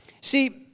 See